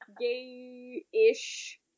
gay-ish